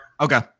Okay